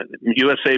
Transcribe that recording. USA